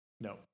No